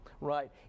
Right